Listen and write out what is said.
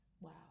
wow